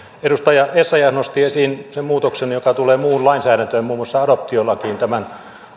edustaja essayah nosti esiin sen muutoksen joka tulee muuhun lainsäädäntöön muun muassa adoptiolakiin tämän